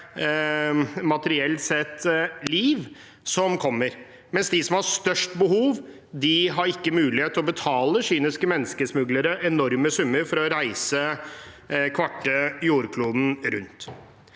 materielt sett, mens de som har størst behov, ikke har mulighet å betale kyniske menneskesmuglere enorme summer for å reise kvarte jordkloden rundt.